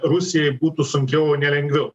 rusijai būtų sunkiau o ne lengviau